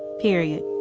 period